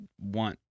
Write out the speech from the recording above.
want